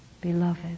Beloved